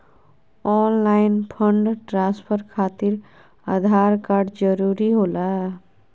Online fund transfer खातिर Aadhaar card जरूरी होला?